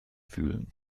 fühlen